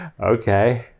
Okay